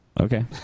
Okay